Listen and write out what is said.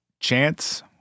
Chance